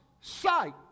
sight